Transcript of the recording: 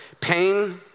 Pain